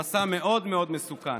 במסע מאוד מאוד מסוכן.